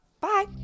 Bye